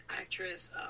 actress